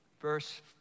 verse